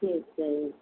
ਠੀਕ ਹੈ ਜੀ